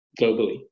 globally